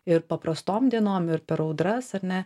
ir paprastom dienom ir per audras ar ne